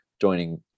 joining